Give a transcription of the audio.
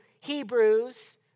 Hebrews